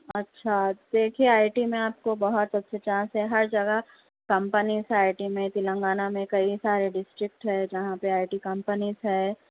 اچھا دیکھیے I T میں آپ کو بہت اچھا چانس ہے ہر جگہ کمپنیس آئی ٹی میں تلنگانہ میں کئی سارے ڈسٹرکٹ ہے جہاں پر آئی ٹی کمپنیز ہے